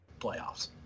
playoffs